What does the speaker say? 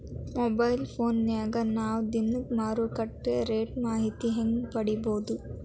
Mobile ಫೋನ್ಯಾಗ ನಾವ್ ದಿನಾ ಮಾರುಕಟ್ಟೆ ರೇಟ್ ಮಾಹಿತಿನ ಹೆಂಗ್ ಪಡಿಬೋದು?